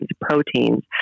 proteins